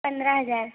पंद्रह हज़ार